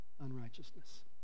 unrighteousness